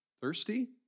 Thirsty